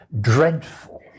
dreadful